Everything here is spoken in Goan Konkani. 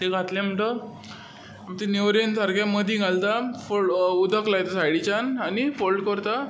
तें घातलें म्हणटकच आमचे नेवरेंत सारकें मदीं घालता उदक लायता सायडीच्यान आनी फोल्ड करता